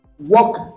Work